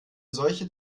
solche